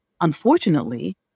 unfortunately